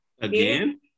Again